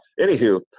Anywho